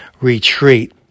retreat